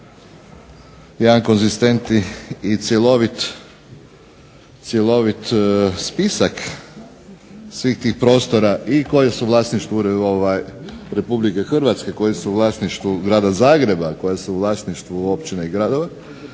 jedan konzistentan i cjelovit spisak svih tih prostora i koji su u vlasništvu Republike Hrvatske, koji su u vlasništvu Grada Zagreba, koji su u vlasništvu općine i gradova,